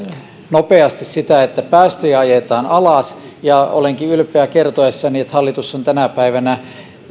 nopeasti sitä että päästöjä ajetaan alas ja olenkin ylpeä kertoessani että hallitus on tänä päivänä